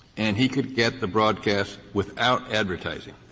and he could get the broadcast without advertising?